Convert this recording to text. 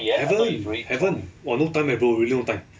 haven't haven't !wah! no time leh bro really no time